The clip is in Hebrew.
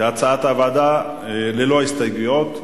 כהצעת הוועדה, ללא הסתייגויות.